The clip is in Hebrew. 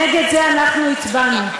נגד זה אנחנו הצבענו.